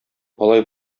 алай